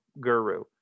guru